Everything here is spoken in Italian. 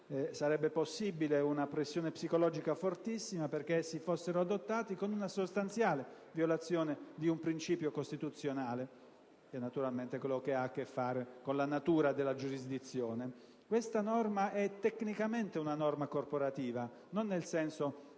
sarebbe possibile una pressione psicologica fortissima perché fossero adottati con una sostanziale violazione di un principio costituzionale che ha a che fare con la natura della giurisdizione. Questa norma è tecnicamente corporativa, non nel senso